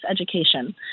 education